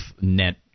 net